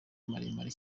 maremare